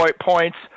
points